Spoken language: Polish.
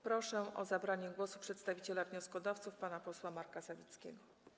Proszę o zabranie głosu przedstawiciela wnioskodawców pana posła Marka Sawickiego.